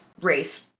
race